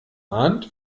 arndt